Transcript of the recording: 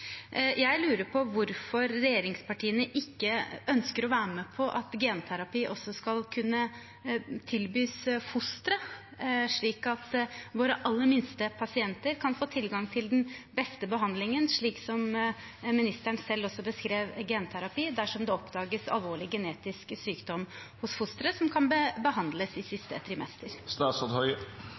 Jeg lurer på hvorfor regjeringspartiene ikke ønsker å være med på at genterapi også skal kunne tilbys fosteret, slik at våre aller minste pasienter kan få tilgang til den beste behandlingen, noe helseministeren selv beskrev genterapi som, dersom det oppdages alvorlig genetisk sykdom hos fosteret som kan behandles i siste trimester.